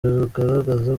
rugaragaza